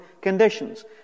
conditions